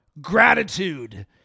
gratitude